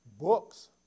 books